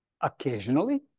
Occasionally